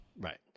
Right